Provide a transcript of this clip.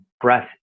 breath